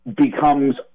becomes